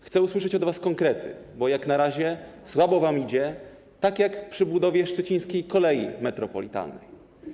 Chcę usłyszeć od was konkrety, bo jak na razie słabo wam idzie, tak jak przy budowie Szczecińskiej Kolei Metropolitalnej.